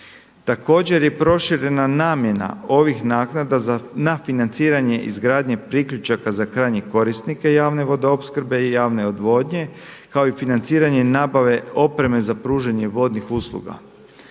Također je proširena namjena ovih naknada na financiranje izgradnje priključaka za krajnje korisnike javne vodoopskrbe i javne odvodnje, kao i financiranje nabave opreme za pružanje vodnih usluga.